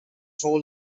hold